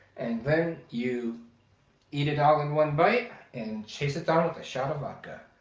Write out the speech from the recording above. then you eat it all in one bite and chase it down with a shot of vodka.